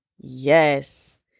yes